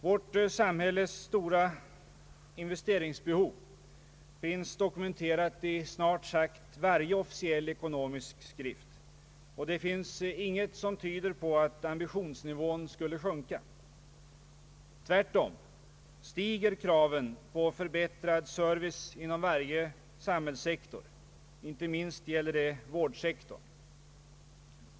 Vårt samhälles stora investeringsbehov finns dokumenterat i snart sagt varje officiell ekonomisk skrift, och ingenting tyder på att ambitionsnivån skulle sjunka. Tvärtom stiger kraven på förbättrad service inom varje samhällssektor, inte minst vårdsektorn.